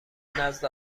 نزد